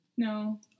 No